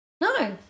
No